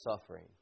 suffering